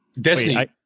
Destiny